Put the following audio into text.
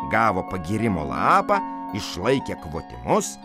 gavo pagyrimo lapą išlaikė kvotimus